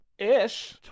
ish